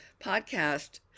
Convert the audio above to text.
podcast